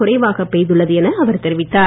குறைவாக பெய்துள்ளது என தெரிவித்தார்